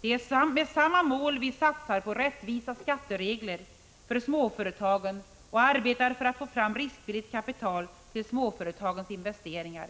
Det är med samma mål vi satsar på rättvisa skatteregler för småföretagen och arbetar för att få fram riskvilligt kapital till småföretagens investeringar.